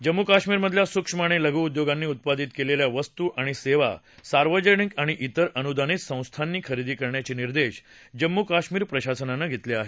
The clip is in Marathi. जम्मू कश्मीरमधल्या सूक्ष्म आणि लघु उद्योगांनी उत्पादित केलेल्या वस्तू आणि सेवा सार्वजनिक आणि इतर अनुदानित संस्थानी खरेदी करण्याचे निर्देश जम्मू कश्मीर प्रशासनानं दिले आहेत